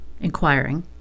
inquiring